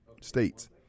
states